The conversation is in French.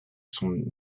son